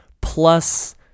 plus